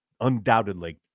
undoubtedly